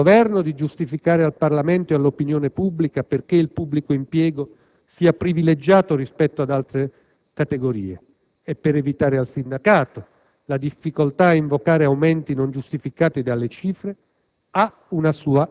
per evitare al Governo di giustificare al Parlamento e all'opinione pubblica i perché il pubblico impiego venga privilegiato rispetto ad altre categorie, e per evitare al sindacato la difficoltà a invocare aumenti non giustificati dalle cifre,